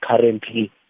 currently